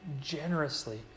generously